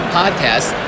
podcast